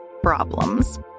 problems